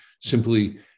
simply